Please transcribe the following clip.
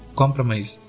compromise